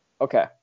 okay